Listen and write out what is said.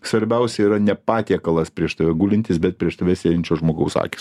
svarbiausia yra ne patiekalas prieš tave gulintis bet prieš tave sėdinčio žmogaus akys